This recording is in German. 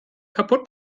kaputt